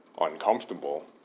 uncomfortable